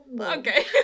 Okay